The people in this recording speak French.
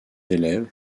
élèves